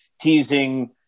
teasing